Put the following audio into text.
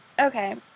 Okay